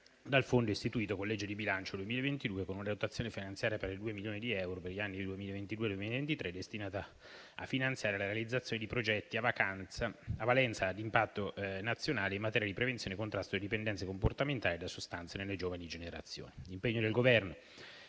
dal fondo istituito con la legge di bilancio per il 2022, con una dotazione finanziaria pari a due milioni di euro per gli anni 2022 e 2023, destinato a finanziare la realizzazione di progetti a valenza e impatto nazionale in materia di prevenzione e contrasto delle dipendenze comportamentali e da sostanze nelle giovani generazioni. L'impegno del Governo